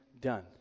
done